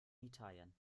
italien